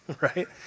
right